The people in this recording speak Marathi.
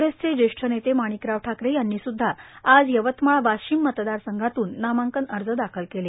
कांग्रेसचे ज्येष्ठ नेते माणिकराव ठाकरे यांनी सुद्धा आज यवतमाळ वाशिम मतदार संघातून नामांकन अर्ज दाखल केले